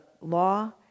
law